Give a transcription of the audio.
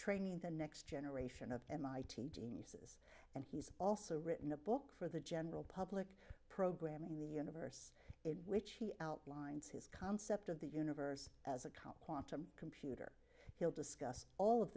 training the next generation of mit geniuses and he's also written a book for the general public programming the universe in which he outlines his concept of the universe as a cow quantum computer he'll discuss all of